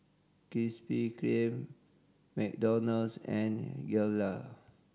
Krispy Kreme McDonald's and Gelare